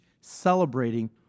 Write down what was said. celebrating